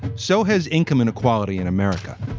so has income inequality in america.